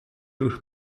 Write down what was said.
durch